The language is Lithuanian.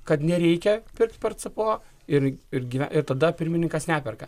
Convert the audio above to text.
kad nereikia pirkt per cpo ir irgi ir tada pirmininkas neperka